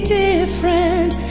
different